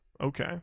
okay